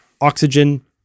Oxygen